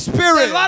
Spirit